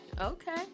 Okay